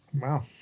Wow